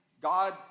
God